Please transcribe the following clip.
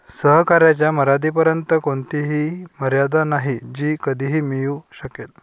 सहकार्याच्या मर्यादेपर्यंत कोणतीही मर्यादा नाही जी कधीही मिळू शकेल